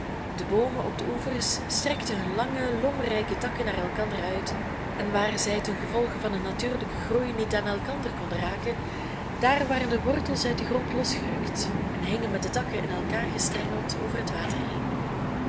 de boomen op de oevers strekten hun lange lommerrijke takken naar elkander uit en waar zij tengevolge van hun natuurlijken groei niet aan elkander konden raken daar waren de wortels uit den grond losgerukt en hingen met de takken in elkaar gestrengeld over het water heen